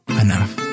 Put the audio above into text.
enough